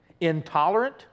intolerant